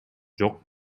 жок